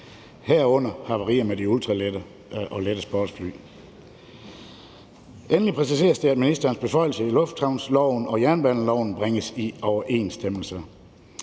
herunder havarier med de ultralette og lette sportsfly. Endelig præciseres det, at ministerens beføjelse i luftfartsloven og jernbaneloven bringes i overensstemmelse.